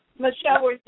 Michelle